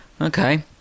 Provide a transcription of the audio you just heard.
Okay